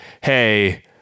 hey